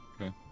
Okay